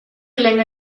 länge